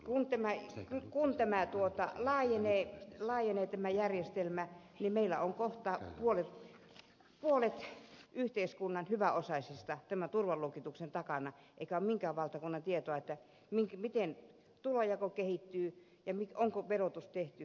kun tämä järjestelmä laajenee niin meillä on kohta puolet yhteiskunnan hyväosaisista tämän turvaluokituksen takana eikä ole minkään valtakunnan tietoa miten tulonjako kehittyy ja onko verotus tehty oikeudenmukaisesti